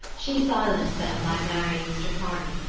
she silenced them by marrying mr. kearney,